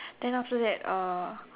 then after that uh